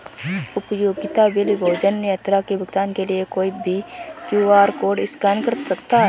उपयोगिता बिल, भोजन, यात्रा के भुगतान के लिए कोई भी क्यू.आर कोड स्कैन कर सकता है